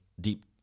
deep